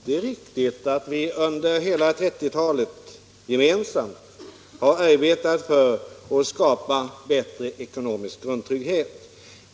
Herr talman! Det är riktigt att vi under hela 1930-talet gemensamt har arbetat för och skapat bättre ekonomisk grundtrygghet.